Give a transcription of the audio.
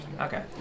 Okay